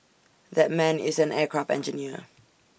that man is an aircraft engineer